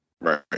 Right